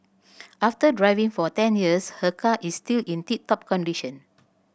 after driving for ten years her car is still in tip top condition